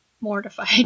mortified